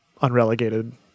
Unrelegated